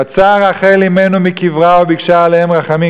יצאה רחל אמנו רחל מקברה וביקשה עליהם רחמים,